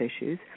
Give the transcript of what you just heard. issues